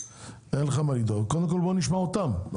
אין לך מה לדאוג קודם כל בוא נשמע אותם,